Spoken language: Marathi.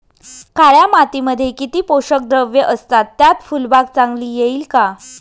काळ्या मातीमध्ये किती पोषक द्रव्ये असतात, त्यात फुलबाग चांगली येईल का?